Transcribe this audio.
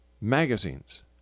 magazines